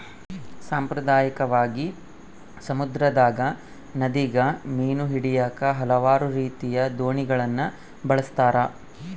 ಸಾಂಪ್ರದಾಯಿಕವಾಗಿ, ಸಮುದ್ರದಗ, ನದಿಗ ಮೀನು ಹಿಡಿಯಾಕ ಹಲವಾರು ರೀತಿಯ ದೋಣಿಗಳನ್ನ ಬಳಸ್ತಾರ